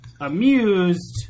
amused